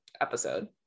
episode